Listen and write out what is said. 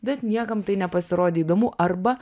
bet niekam tai nepasirodė įdomu arba